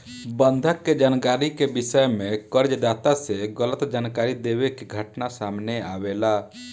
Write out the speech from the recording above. बंधक के जानकारी के विषय में कर्ज दाता से गलत जानकारी देवे के घटना सामने आवेला